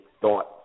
thought